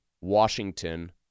Washington